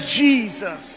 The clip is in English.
jesus